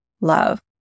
love